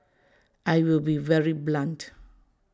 I will be very blunt